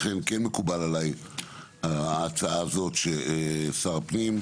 לכן, כן מקובלת עליי ההצעה הזאת על שר הפנים,